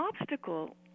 obstacle